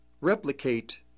replicate